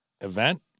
event